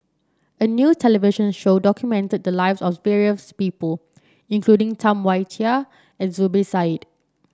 a new television show documented the lives of various people including Tam Wai Jia and Zubir Said